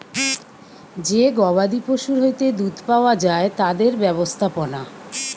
যে গবাদি পশুর হইতে দুধ পাওয়া যায় তাদের ব্যবস্থাপনা